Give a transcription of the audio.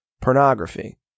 pornography